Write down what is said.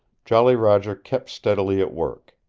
jolly roger kept steadily at work.